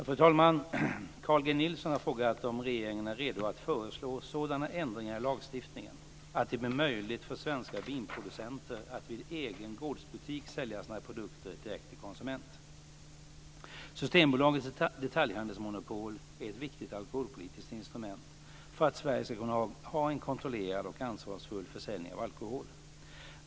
Fru talman! Carl G Nilsson har frågat om regeringen är redo att föreslå sådana ändringar i lagstiftningen att det blir möjligt för svenska vinproducenter att vid egen gårdsbutik sälja sina produkter direkt till konsument. Systembolagets detaljhandelsmonopol är ett viktigt alkoholpolitiskt instrument för att Sverige ska kunna ha en kontrollerad och ansvarsfull försäljning av alkohol.